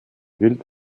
gilt